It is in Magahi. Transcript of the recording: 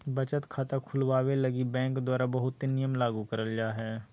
बचत खाता खुलवावे लगी बैंक द्वारा बहुते नियम लागू करल जा हय